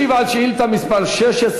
זה לא מכבד אותך,